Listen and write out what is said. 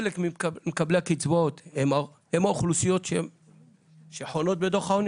חלק ממקבלי הקצבאות הם האוכלוסיות שחונות בדוח העוני?